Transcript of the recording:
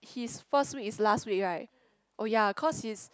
his first week is last week right oh ya cause his